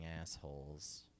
assholes